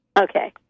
Okay